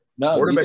No